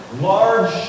large